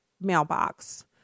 mailbox